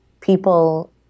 People